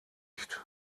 nicht